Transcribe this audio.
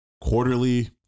quarterly